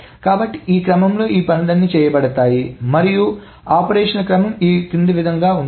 కాబట్టి ఈ క్రమంలో ఈ పనులు చేయబడతాయి మరియు ఆపరేషన్ల క్రమం క్రింది విధంగా ఉంటుంది